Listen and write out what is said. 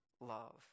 love